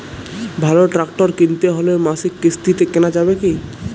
ভালো ট্রাক্টর কিনতে হলে মাসিক কিস্তিতে কেনা যাবে কি?